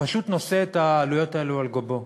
פשוט נושא את העלויות האלה על גבו.